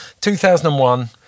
2001